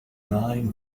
nine